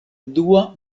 dua